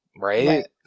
Right